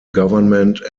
government